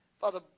Father